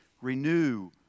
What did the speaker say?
renew